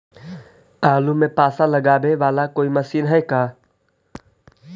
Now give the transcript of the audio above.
आलू मे पासा लगाबे बाला कोइ मशीन है का?